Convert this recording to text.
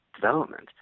development